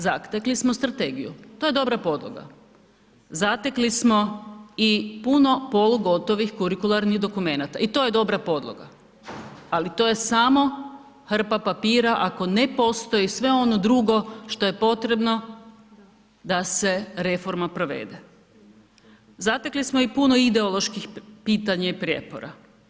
Zatekli smo strategiju, to je dobra podloga, zatekli smo i puno polugotovih kurikularnih dokumenata i to je dobra podloga, ali to je samo hrpa papira ako ne postoji sve ono drugo što je potrebno da se reforma provede, zatekli smo i puno ideoloških pitanja i prijepora.